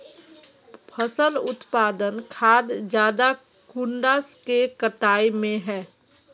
फसल उत्पादन खाद ज्यादा कुंडा के कटाई में है?